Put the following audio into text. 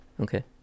Okay